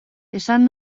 esan